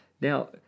Now